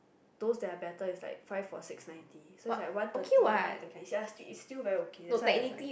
those that are better is like five for six ninety so is like one thirty is just is still very okay that's why I buy